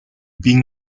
领兵